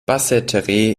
basseterre